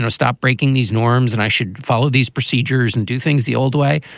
and stop breaking these norms and i should follow these procedures and do things the old way.